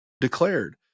declared